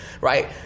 right